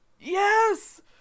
Yes